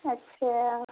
अच्छा